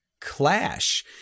clash